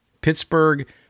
Pittsburgh